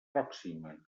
pròxima